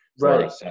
Right